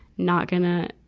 not gonna, i,